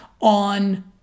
on